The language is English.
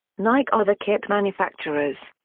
nike are the kit manufacturers.